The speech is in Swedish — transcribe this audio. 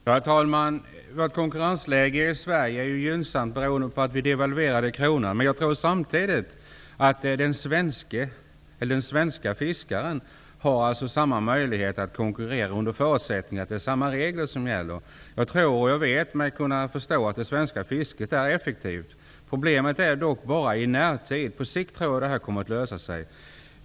Herr talman! Att konkurrensläget i Sverige är gynnsamt beror på att vi devalverade kronan. Jag tror dock att den svenska fiskaren har samma möjligheter att konkurrera under förutsättning att det är samma regler som gäller. Det svenska fisket är effektivt. Det finns problem på kort sikt, men på lång sikt tror jag att det kommer att lösa sig.